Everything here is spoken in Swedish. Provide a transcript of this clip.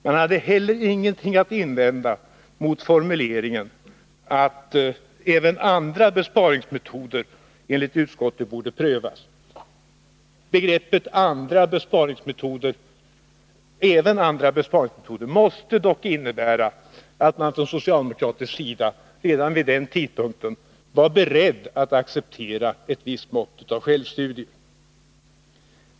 Man hade heller ingenting att invända mot formuleringen att även andra besparingsmetoder enligt utskottet borde prövas. Begreppet ”även andra besparingsmetoder” måste dock innebära att man från socialdemokratisk sida redan vid den tidpunkten var beredd att acceptera ett visst mått av självstudier.